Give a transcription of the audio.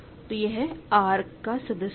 तो यह R का सदस्य है